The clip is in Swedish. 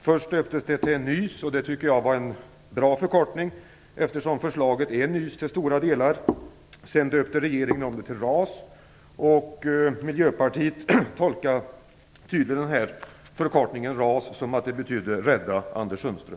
Först döptes det till NYS, och det tycker jag var en bra förkortning, eftersom förslaget till stora delar är nys. Sedan döpte regeringen om det till RAS, och Miljöpartiet tolkar tydligen förkortningen RAS som Rädda Anders Sundström.